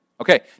Okay